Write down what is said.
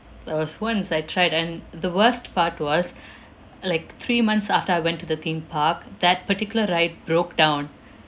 there was once I tried and the worst part was like three months after I went to the theme park that particular ride broke down